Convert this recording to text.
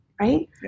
Right